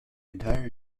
entire